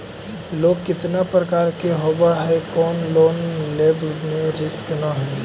Loan कितना प्रकार के होबा है कोन लोन लेब में रिस्क न है?